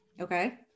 Okay